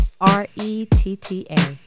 R-E-T-T-A